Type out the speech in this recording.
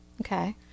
Okay